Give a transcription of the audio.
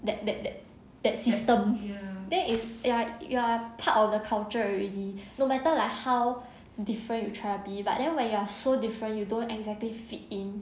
that that that that system then if you are you are a part of the culture already no matter like how different you try to be but then when you are so different you don't exactly fit in